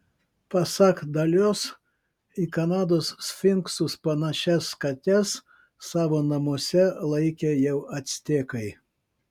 pasak dalios į kanados sfinksus panašias kates savo namuose laikė jau actekai